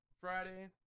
Friday